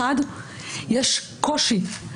1. יש קושי.